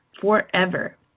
forever